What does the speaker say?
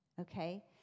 okay